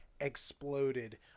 exploded